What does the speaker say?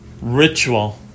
Ritual